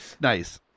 nice